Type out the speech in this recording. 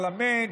הפרלמנט,